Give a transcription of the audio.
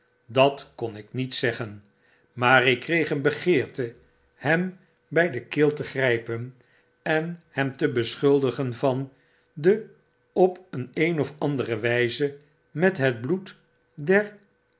dat kon ik niet zeggen maar ik kreeg een begeerte hem bij de keel te grijpen en hem te beschuldigen van op de een of andere wjze met het bloed der